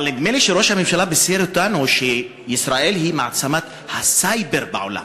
אבל נדמה לי שראש הממשלה בישר לנו שישראל היא מעצמת הסייבר בעולם.